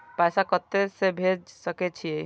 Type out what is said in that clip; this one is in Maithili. पैसा कते से भेज सके छिए?